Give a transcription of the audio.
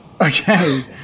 Okay